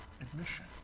admission